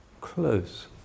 close